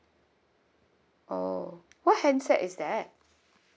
oh what handset is that